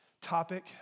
topic